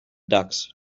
ducks